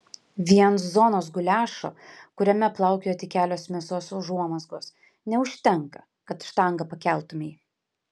vien zonos guliašo kuriame plaukioja tik kelios mėsos užuomazgos neužtenka kad štangą pakeltumei